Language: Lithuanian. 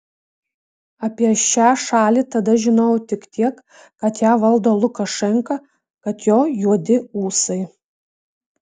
apie šią šalį tada žinojau tik tiek kad ją valdo lukašenka kad jo juodi ūsai